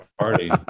party